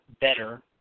better